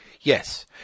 Yes